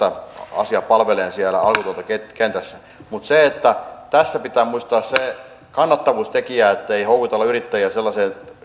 asiaa palvelemaan siellä alkutuotantokentässä mutta tässä pitää muistaa se kannattavuustekijä että ei houkutella yrittäjiä sellaiseen